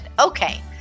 Okay